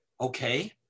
Okay